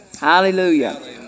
Hallelujah